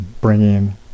bringing